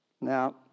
Now